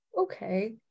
Okay